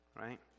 Right